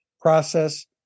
process